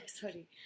Sorry